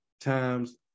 times